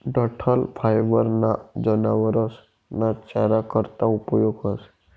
डंठल फायबर ना जनावरस ना चारा करता उपयोग व्हस